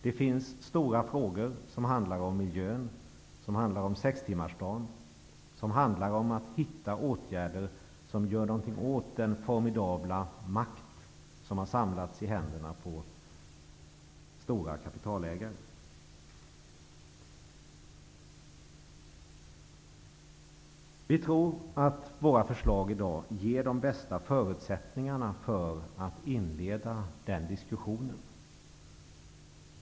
Vi har stora frågor om miljön och sextimmarsdagen att finna lösning på. Vi måste också finna åtgärder för att kunna göra något åt den formidabla makt som har samlats i händerna på stora kapitalägare. Vi tror att våra förslag i dag ger de bästa förutsättningarna för att inleda den diskussionen.